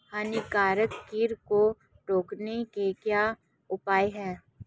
हानिकारक कीट को रोकने के क्या उपाय हैं?